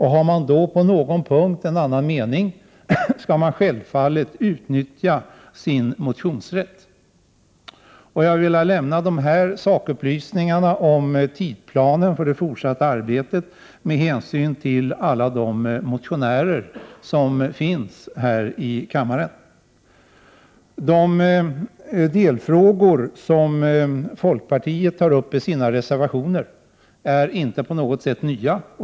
Har man då på någon punkt en avvikande uppfattning, skall man självfallet utnyttja sin motionsrätt. Jag har velat lämna de här sakupplysningarna om tidsplanen för det fortsatta arbetet med hänsyn till alla motionärer här i kammaren. De delfrågor som folkpartiet tagit upp i sina reservationer är inte på något sätt nya.